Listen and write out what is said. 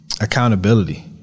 accountability